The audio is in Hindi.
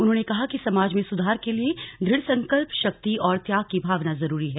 उन्होंने कहा कि समाज में सुधार के लिए दढ़ संकल्प शक्ति और त्याग की भावना जरूरी है